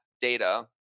data